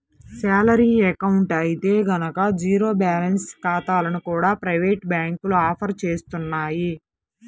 salary account అయితే గనక zero balance ఖాతాలను కూడా ప్రైవేటు బ్యాంకులు ఆఫర్ చేస్తున్నాయి